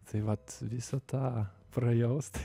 tai vat visą tą prajaust